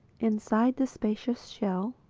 inside the spacious shell,